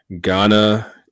Ghana